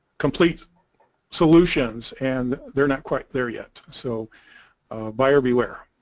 complete solutions and they're not quite there yet so buyer beware